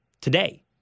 today